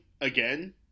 again